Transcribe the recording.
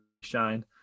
shine